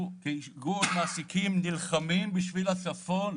אנחנו כארגון מעסיקים נלחמים בשביל הצפון.